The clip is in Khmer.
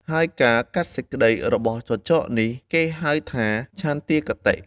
ហើយការកាត់សេចក្តីរបស់ចចកនេះ គេហៅថា ឆន្ទាគតិ។